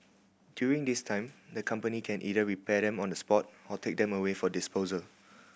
during this time the company can either repair them on the spot or take them away for disposal